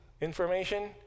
information